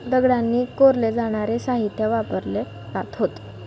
दगडांनी कोरले जाणारे साहित्य वापरले जात होते